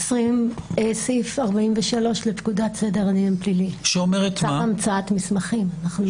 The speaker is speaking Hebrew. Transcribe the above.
סעיף 43 לפקודת סדר הדין הפלילי, צו המצאת מסמכים.